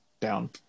down